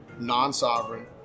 non-sovereign